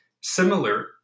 similar